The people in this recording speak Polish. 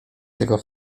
tego